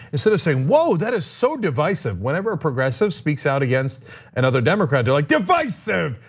instead of saying whoa, that is so divisive. whenever a progressive speaks out against another democrat, they're like, divisive,